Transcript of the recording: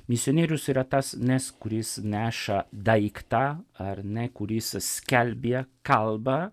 misionierius yra tas nes kuris neša daiktą ar ne kurį skelbia kalba